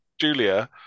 Julia